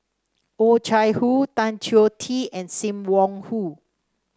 Oh Chai Hoo Tan Choh Tee and Sim Wong Hoo